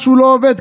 משהו לא עובד",